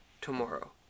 tomorrow